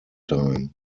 time